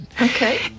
Okay